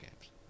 games